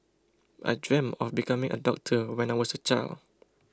I dreamt of becoming a doctor when I was a child